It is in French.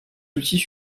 outils